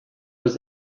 was